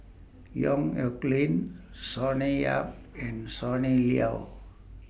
Yong Nyuk Lin Sonny Yap and Sonny Liew